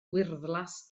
wyrddlas